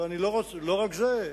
ולא רק זה,